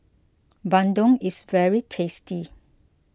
Bandung is very tasty